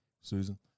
Susan